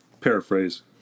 paraphrase